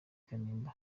kanimba